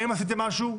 האם עשיתם משהו?